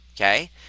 okay